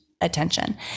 attention